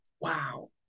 wow